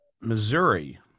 Missouri